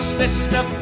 sister